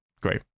great